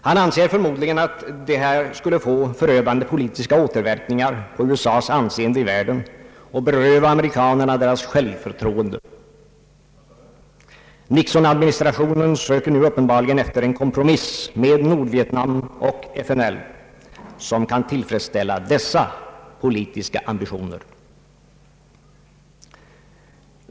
Han anser förmodligen att detta skulle få förödande politiska återverkningar på USA:s anseende i världen och skulle beröva amerikanerna deras självförtroende. Nixonadministrationen söker nu uppenbarligen efter en kompromiss med Nordvietnam och FNL som kan tillfredsställa dessa politiska ambitioner.